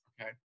Okay